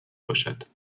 باشد